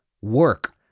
work